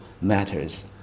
matters